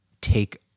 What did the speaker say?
take